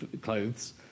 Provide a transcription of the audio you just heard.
clothes